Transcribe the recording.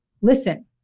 listen